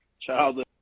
Child